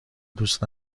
دوست